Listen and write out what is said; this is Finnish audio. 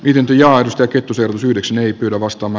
identity andsten kettuselle yhdeksän ei kyllä vastaamme